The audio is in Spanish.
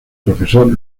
profesor